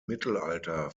mittelalter